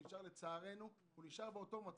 לצערנו נשאר באותו מצב.